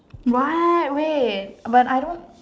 what wait but I don't